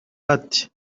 ati